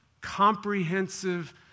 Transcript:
comprehensive